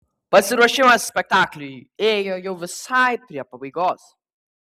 pasiruošimas spektakliui ėjo jau visai prie pabaigos